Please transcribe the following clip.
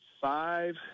five